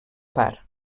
part